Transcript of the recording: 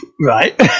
right